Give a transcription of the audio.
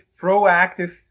proactive